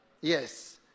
Yes